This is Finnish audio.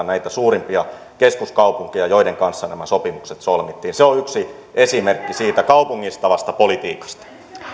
näitä suurimpia keskuskaupunkeja joiden kanssa nämä sopimukset solmittiin se on yksi esimerkki siitä kaupungistavasta politiikasta